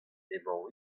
emañ